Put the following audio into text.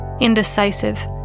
indecisive